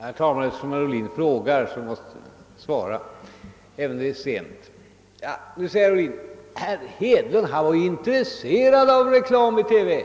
Herr talman! Eftersom herr Ohlin frågar måste jag svara, även om det är sent. Nu säger herr Ohlin att herr Hedlund var intresserad av reklam i TV. Men